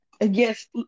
yes